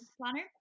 planner